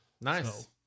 Nice